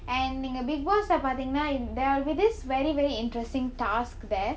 and நீங்க:neenga bigg boss ah பார்தீங்கனா:partheenganaa there will be this very very interesting task there